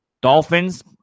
Dolphins